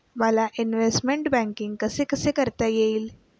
मला investment banking कसे कसे करता येईल?